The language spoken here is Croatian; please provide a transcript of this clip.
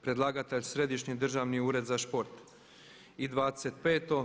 Predlagatelj Središnji državni ured za sport i 25.